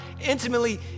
intimately